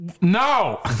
no